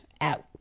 out